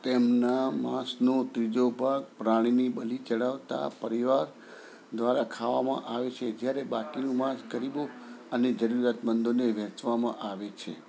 તેમના માંસનો ત્રીજો ભાગ પ્રાણીની બલી ચડાવતા પરિવાર દ્વારા ખાવામાં આવે છે જ્યારે બાકીનું માંસ ગરીબો અને જરૂરિયાતમંદોને વહેંચવામાં આવે છે